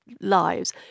lives